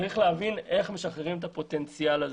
צריך להבין איך משחררים את הפוטנציאל הזה.